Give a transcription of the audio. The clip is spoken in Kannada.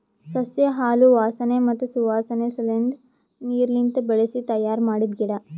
ಸಸ್ಯ ಹಾಲು ವಾಸನೆ ಮತ್ತ್ ಸುವಾಸನೆ ಸಲೆಂದ್ ನೀರ್ಲಿಂತ ಬೆಳಿಸಿ ತಯ್ಯಾರ ಮಾಡಿದ್ದ ಗಿಡ